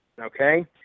okay